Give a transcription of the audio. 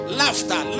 laughter